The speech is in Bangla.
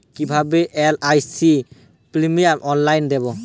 কিভাবে এল.আই.সি প্রিমিয়াম অনলাইনে দেবো?